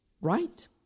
right